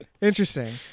Interesting